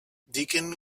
deakin